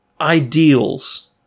ideals